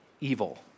evil